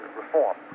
reform